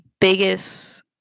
biggest